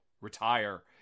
retire